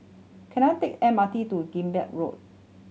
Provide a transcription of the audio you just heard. can I take M R T to Digby Road